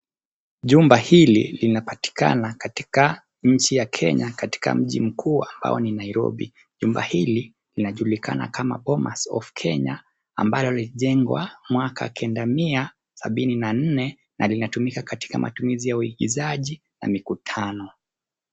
Jumba hili linapatikana katika nchi ya Kenya katika mji mkuu ambao Nairobi. Jumba hili linajulikana kama, bomas of Kenya, ambalo lilijengwa mwaka kenda mia sabini na nne na linatumika katika matumizi ya uingizaji na mikutano.